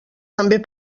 també